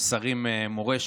יש שרי מורשת,